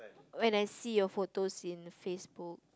when I see your photos in Facebook